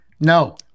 No